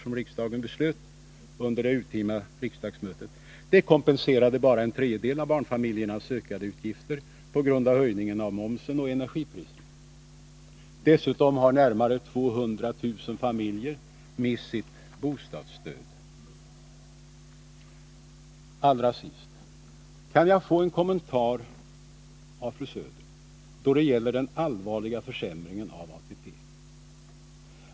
som riksdagen fattade beslut om under det urtima riksmötet kompenserade, på grund av höjningen av momsen och energipriserna, bara en tredjedel av barnfamiljernas ökade utgifter. Dessutom har närmare 200 000 familjer mist sitt bostadsstöd. Allra sist vill jag fråga om jag kan få en kommentar av fru Söder då det gäller den allvarliga försämringen av ATP.